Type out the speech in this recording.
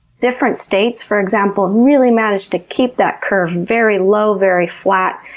different states, for example, really managed to keep that curve very low, very flat,